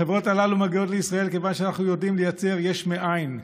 החברות הללו מגיעות לישראל כיוון שאנחנו יודעים לייצר יש מאין.